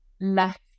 left